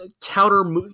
counter